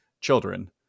children